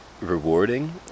rewarding